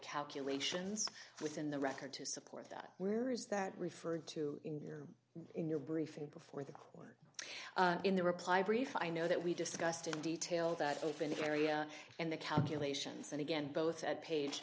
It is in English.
calculations within the record to support that where is that referred to in your in your briefing before the court in the reply brief i know that we discussed in detail that open area and the calculations and again both at page